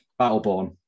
Battleborn